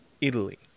Italy